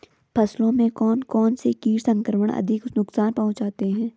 फसलों में कौन कौन से कीट संक्रमण अधिक नुकसान पहुंचाते हैं?